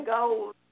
gold